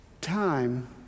time